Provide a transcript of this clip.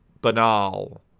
banal